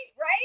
Right